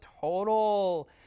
total